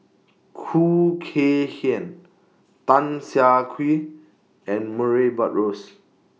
Khoo Kay Hian Tan Siah Kwee and Murray Buttrose